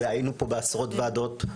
והיינו פה בעשרות ועדות.